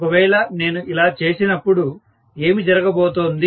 ఒకవేళ నేను ఇలా చేసినప్పుడు ఏమి జరగబోతోంది